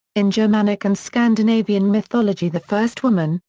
in germanic and scandinavian mythology the first woman,